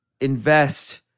invest